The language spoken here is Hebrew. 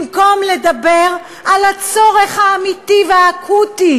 במקום לדבר על הצורך האמיתי והאקוטי